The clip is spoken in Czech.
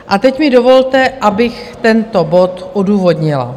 A teď mi dovolte, abych tento bod odůvodnila.